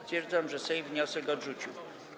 Stwierdzam, że Sejm wniosek odrzucił.